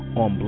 on